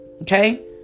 Okay